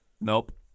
Nope